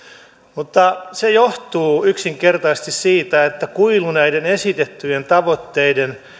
mutta se johtuu yksinkertaisesti siitä että kuilu näiden esitettyjen tavoitteiden